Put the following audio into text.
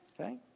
Okay